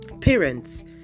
Parents